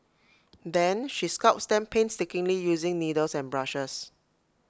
then she sculpts them painstakingly using needles and brushes